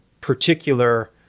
particular